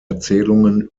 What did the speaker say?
erzählungen